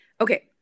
Okay